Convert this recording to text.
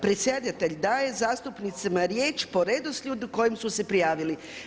Predsjedatelj daje zastupnicima riječ po redoslijedu po kojem su se prijavili“